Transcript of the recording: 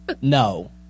No